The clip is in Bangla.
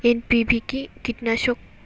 এন.পি.ভি কি কীটনাশক?